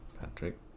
Patrick